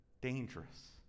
Dangerous